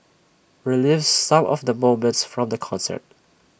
relives some of the moments from the concert